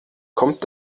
kommt